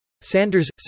Sanders